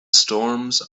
storms